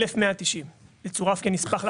1190. הוא מצורף כנספח.